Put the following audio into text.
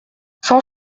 cent